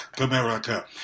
America